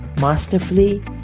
masterfully